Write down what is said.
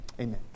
amen